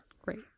Great